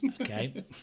okay